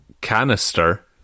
Canister